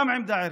גם עמדה ערכית.